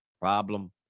problem